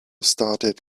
started